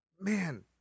Man